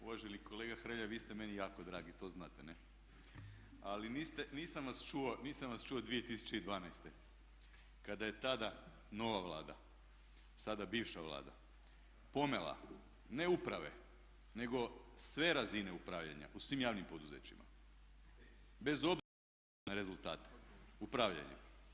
Uvaženi kolega Hrelja, vi ste meni jako dragi, to znate ne, ali nisam vas čuo 2012. kada je tada nova Vlada, sada bivša Vlada pomela ne uprave, nego sve razine upravljanja u svim javnim poduzećima bez obzira na rezultate upravljanja.